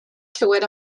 clywed